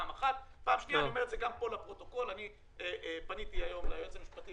אני אומר לפרוטוקול שפניתי ליועץ המשפטי